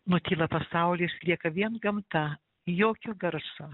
nutyla pasaulis lieka vien gamta jokio garso